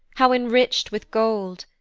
how enrich'd with gold!